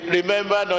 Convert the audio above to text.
Remember